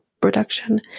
production